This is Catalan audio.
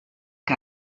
que